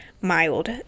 mild